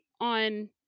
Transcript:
on